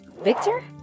Victor